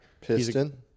Piston